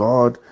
God